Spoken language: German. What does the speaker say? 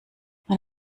man